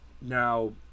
Now